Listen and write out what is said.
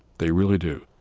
they really do